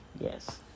yes